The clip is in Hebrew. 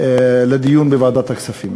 בא היום לדיון בוועדת הכספים